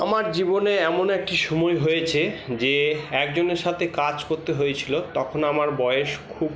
আমার জীবনে এমন একটি সময় হয়েছে যে একজনের সাথে কাজ করতে হয়েছিলো তখন আমার বয়স খুব